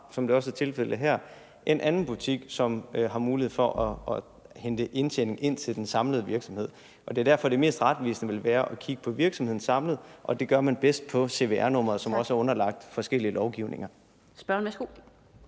som det også er tilfældet her, en anden butik, som har mulighed for at hente indtjening ind til den samlede virksomhed. Det er derfor, det mest retvisende ville være at kigge på virksomheden samlet, og det gør man bedst på cvr-nummeret, som også er underlagt forskellige lovgivninger.